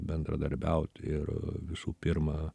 bendradarbiauti ir visų pirma